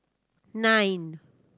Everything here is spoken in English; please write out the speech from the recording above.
nine